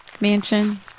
mansion